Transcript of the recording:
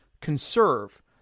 conserve